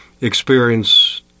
experience